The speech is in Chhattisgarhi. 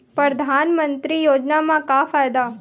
परधानमंतरी योजना म का फायदा?